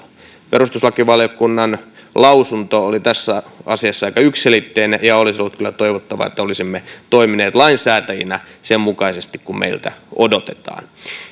perustuslakivaliokunnan lausunto oli tässä asiassa aika yksiselitteinen ja olisi ollut kyllä toivottavaa että olisimme toimineet lainsäätäjinä sen mukaisesti kuin meiltä odotetaan